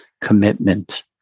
commitment